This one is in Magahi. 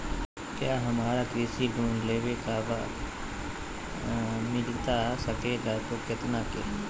क्या हमारा कृषि लोन लेवे का बा मिलता सके ला तो कितना के?